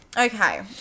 Okay